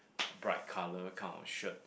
bright colour kind of shirt